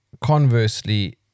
conversely